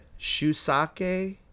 Shusake